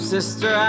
Sister